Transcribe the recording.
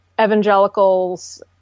evangelicals